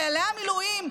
חיילי המילואים,